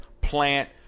Plant